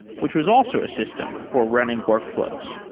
which was also a system for running workflows.